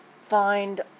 find